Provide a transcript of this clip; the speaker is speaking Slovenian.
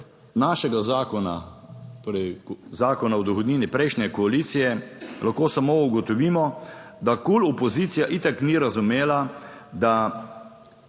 našega zakona, torej zakona o dohodnini prejšnje koalicije, lahko samo ugotovimo, da KUL opozicija itak ni razumela, da